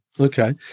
Okay